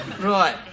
Right